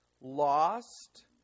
lost